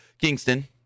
Kingston